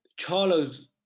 Charlo's